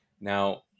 Now